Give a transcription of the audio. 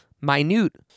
minute